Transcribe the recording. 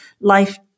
life